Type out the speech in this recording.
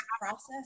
process